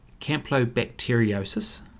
Campylobacteriosis